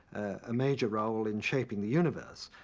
a major role in shaping the universe, ah,